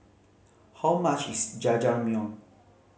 how much is Jajangmyeon